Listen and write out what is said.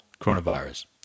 coronavirus